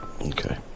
okay